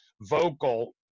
vocal